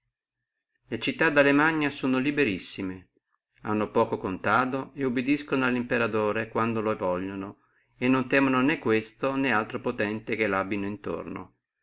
le città di alamagna sono liberissime hanno poco contado et obediscano allo imperatore quando le vogliono e non temono né quello né altro potente che e abbino intorno